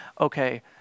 okay